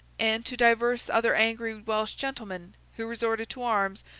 and to divers other angry welsh gentlemen, who resorted to arms,